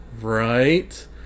Right